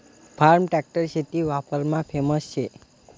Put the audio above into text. form tractor शेती वापरमा famous शे